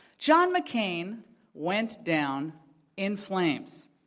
john mccain went down in flames.